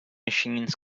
machines